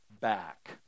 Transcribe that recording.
back